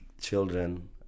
children